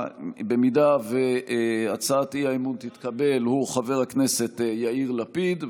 אם הצעת האי-אמון תתקבל, הוא חבר הכנסת יאיר לפיד.